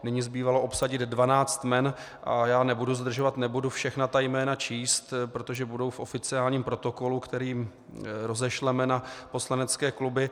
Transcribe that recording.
Nyní zbývalo obsadit dvanáct jmen a já nebudu zdržovat, nebudu všechna ta jména číst, protože budou v oficiálním protokolu, který rozešleme na poslaneckého kluby.